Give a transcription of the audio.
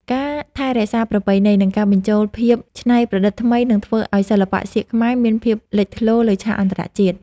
ការថែរក្សាប្រពៃណី និង ការបញ្ចូលភាពច្នៃប្រឌិតថ្មីនឹងធ្វើឱ្យសិល្បៈសៀកខ្មែរមានភាពលេចធ្លោលើឆាកអន្តរជាតិ។